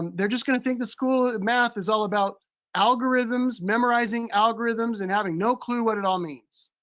and they're just gonna think the school that math is all about algorithms, memorizing algorithms, and having no clue what it all means.